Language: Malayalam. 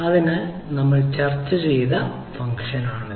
അതിനാൽ നമ്മൾ ചർച്ച ചെയ്ത ഫംഗ്ഷനാണിത്